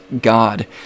God